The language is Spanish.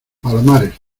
palomares